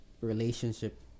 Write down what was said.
relationship